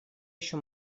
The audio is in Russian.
еще